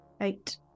Eight